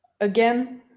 again